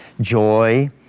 joy